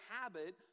habit